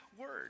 word